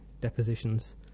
depositions